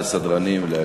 לרשותך.